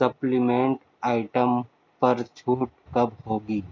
supplement item پر چھوٹ کب ہوگی